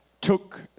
took